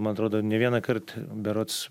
man atrodo ne vienąkart berods